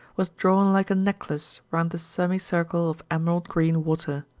was drawn like a necklace around the semicircle of emerald-green water.